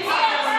עם מי אתה מתקזז?